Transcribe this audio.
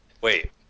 Wait